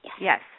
Yes